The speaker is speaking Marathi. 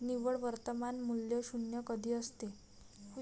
निव्वळ वर्तमान मूल्य शून्य कधी असते?